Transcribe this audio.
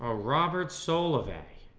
ah robert solovay